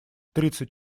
тридцать